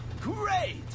great